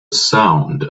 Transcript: sound